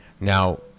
Now